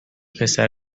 پسر